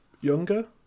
younger